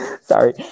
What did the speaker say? Sorry